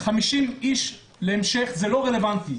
50 איש להמשך זה לא רלוונטי.